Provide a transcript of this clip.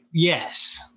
Yes